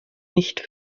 nicht